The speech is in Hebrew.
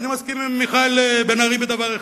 אני מסכים עם חבר הכנסת מיכאל בן-ארי בדבר אחד: